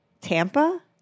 Tampa